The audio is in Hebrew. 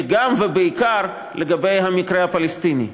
וגם, ובעיקר, לגבי המקרה הפלסטיני.